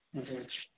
جی اچھا